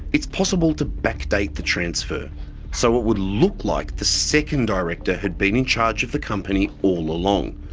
it's possible to backdate the transfer so it would look like the second director had been in charge of the company all along.